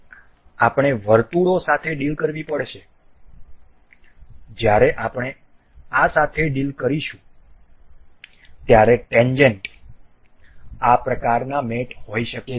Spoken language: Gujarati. આપણે વર્તુળો સાથે ડીલ કરવી પડશે જ્યારે આપણે આ સાથે ડીલ કરીશું ત્યારે ટેન્જેન્ટ આ પ્રકારના મેટ હોઈ શકે છે